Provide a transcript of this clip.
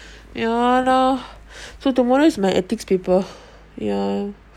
ya lor so tomorrow is my ethics paper ya